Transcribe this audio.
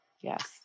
Yes